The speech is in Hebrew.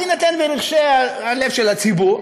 בהינתן רחשי הלב של הציבור,